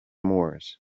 moors